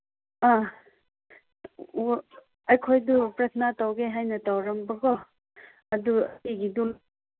ꯑ ꯑꯣ ꯑꯩꯈꯣꯏꯗꯨ ꯄ꯭ꯔꯊꯅꯥ ꯇꯧꯒꯦ ꯍꯥꯏꯅ ꯇꯧꯔꯝꯕꯀꯣ ꯑꯗꯨ